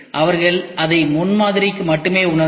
அவர்கள் அதை முன்மாதிரிக்கு மட்டுமே உணர்ந்தனர்